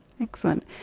excellent